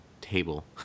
table